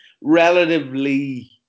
relatively